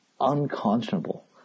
unconscionable